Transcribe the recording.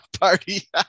party